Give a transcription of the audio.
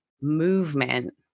movement